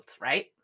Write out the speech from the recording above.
right